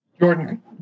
Jordan